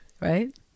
Right